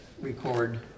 record